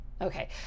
Okay